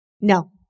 No